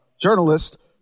journalist